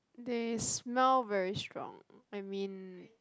they smell very strong I mean